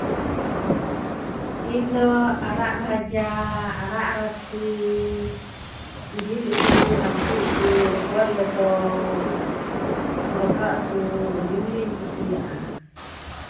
ᱤᱧ ᱫᱚ ᱟᱲᱟᱜ ᱵᱷᱟᱡᱟ ᱟᱲᱟᱜ ᱨᱟᱥᱮ ᱡᱤᱞ ᱩᱛᱩ ᱦᱟᱠᱩ ᱩᱛᱩ ᱨᱚᱠᱚᱡ ᱞᱮᱴᱚ ᱫᱟᱠᱟ ᱩᱛᱩ ᱟᱹᱰᱤ ᱢᱚᱡᱽ ᱤᱧ ᱠᱩᱥᱤᱣᱟᱜᱼᱟ